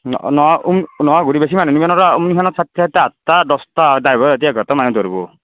নহয় বেছি মানুহ নিবা নোৱাৰা অম্নিখেনত চাৰিটা চাৰিটা আঠটা দচটা ড্ৰাইভাৰে সৈতে এঘাৰটা মানুহ ধৰিব